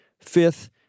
Fifth